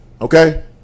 Okay